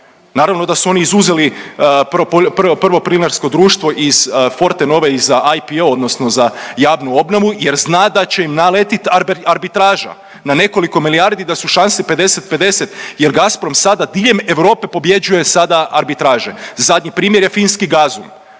Naravno da su oni izuzeli Prvo plinarsko društvo iz Fortenove, iz IPO odnosno za javnu obnovu, jer zna da će im naletiti arbitraža na nekoliko milijardi, da su šanse 50:50 jer Gazprom sada diljem Europe pobjeđujete sada arbitraže. Zadnji primjer je Finski Gazum.